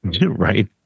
Right